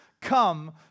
come